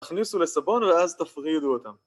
תכניסו לסבון ואז תפרידו אותם